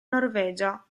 norvegia